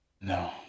No